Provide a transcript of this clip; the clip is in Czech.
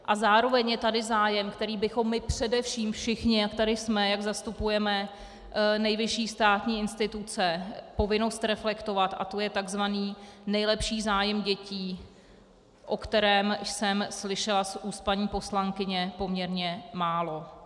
A zároveň je tady zájem, který bychom především my všichni, jak tady jsme, jak zastupujeme nejvyšší státní instituce, povinnost reflektovat, a to je takzvaný nejlepší zájem dětí, o kterém jsem slyšela z úst paní poslankyně poměrně málo.